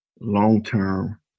long-term